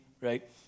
right